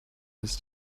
his